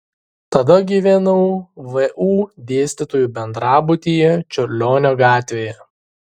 tada gyvenau vu dėstytojų bendrabutyje čiurlionio gatvėje